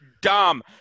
dumb